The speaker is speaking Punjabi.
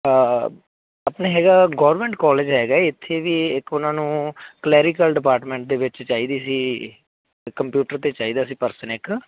ਆਪਣੇ ਹੈਗਾ ਗੌਰਮੈਂਟ ਕਾਲਜ ਹੈਗਾ ਇੱਥੇ ਵੀ ਇੱਕ ਉਹਨਾਂ ਨੂੰ ਕਲੈਰੀਕਲ ਡਿਪਾਰਟਮੈਂਟ ਦੇ ਵਿੱਚ ਚਾਹੀਦੀ ਸੀ ਕੰਪਿਊਟਰ 'ਤੇ ਚਾਹੀਦਾ ਸੀ ਪਰਸਨ ਇੱਕ